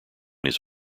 his